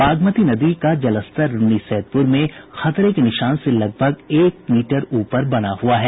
बागमती नदी का जलस्तर रून्नीसैदपुर में खतरे के निशान से लगभग एक मीटर ऊपर बना हुआ है